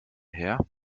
her